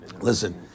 listen